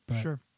Sure